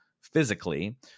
physically